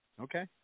Okay